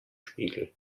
spiegel